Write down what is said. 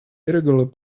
irregular